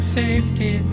safety